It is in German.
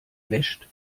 wäscht